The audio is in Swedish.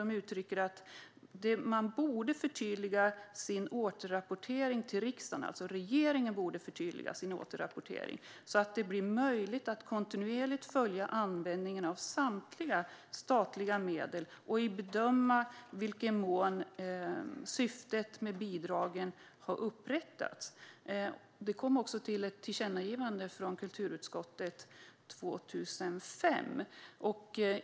Man uttrycker att regeringen borde förtydliga sin återrapportering till riksdagen så att det blir möjligt att kontinuerligt följa användningen av samtliga statliga medel och bedöma i vilken mån syftet med bidragen har uppnåtts. Det gjordes också ett tillkännagivande av kulturutskottet 2005.